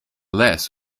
less